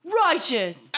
Righteous